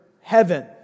heaven